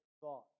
thought